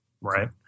Right